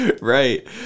right